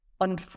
on